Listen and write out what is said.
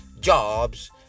jobs